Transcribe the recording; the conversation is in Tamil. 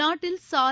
நாட்டில் சாலை